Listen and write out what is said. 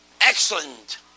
excellent